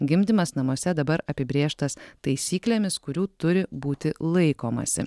gimdymas namuose dabar apibrėžtas taisyklėmis kurių turi būti laikomasi